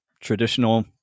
traditional